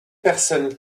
personnes